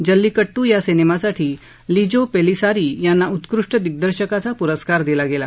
जल्लीकड्ट या सिनेमासाठी लिजो पेलिसार्री यांना उत्कृष्ट दिग्दर्शकाचा पुरस्कार दिला गेला